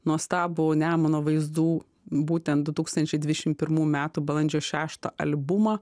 nuostabų nemuno vaizdų būtent du tūkstančiai dvidešimt pirmų metų balandžio šeštą albumą